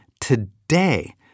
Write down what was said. today